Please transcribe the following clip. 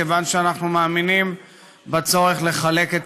כיוון שאנחנו מאמינים בצורך לחלק את